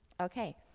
Okay